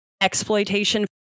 exploitation